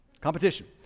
Competition